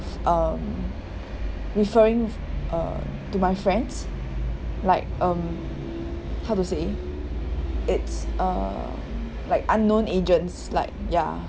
um referring uh to my friends like um how to say it's uh like unknown agents like ya